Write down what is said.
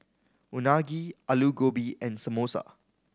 Unagi Alu Gobi and Samosa